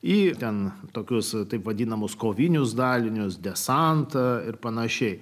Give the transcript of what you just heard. į ten tokius taip vadinamus kovinius dalinius desantą ir pan